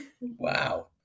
Wow